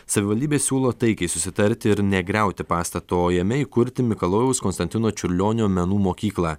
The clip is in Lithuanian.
savivaldybė siūlo taikiai susitarti ir negriauti pastato o jame įkurti mikalojaus konstantino čiurlionio menų mokyklą